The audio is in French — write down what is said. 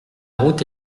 route